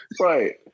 Right